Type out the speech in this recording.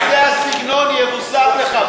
אם זה הסגנון, יבושם לך.